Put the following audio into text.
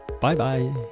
Bye-bye